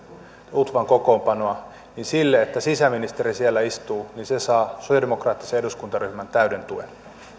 utvan kokoonpanoa niin se että sisäministeri siellä istuu saa sosialidemokraattisen eduskuntaryhmän täyden tuen